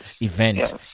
event